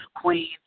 queen